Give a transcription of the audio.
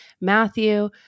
Matthew